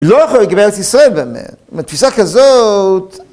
לא יכול לקבל את ישראל באמת. זאת אומרת, תפיסה כזאת...